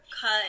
cut